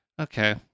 Okay